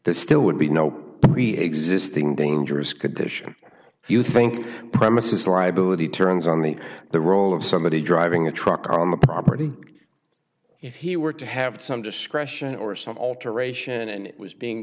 the still would be no preexisting dangerous condition you think premises liability turns on the the role of somebody driving a truck on the property if he were to have some discretion or some alteration and it was being